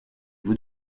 vous